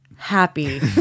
Happy